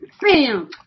Bam